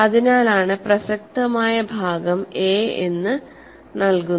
അതിനാലാണ് പ്രസക്തമായ ഭാഗം a എന്ന് നൽകുന്നത്